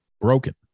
broken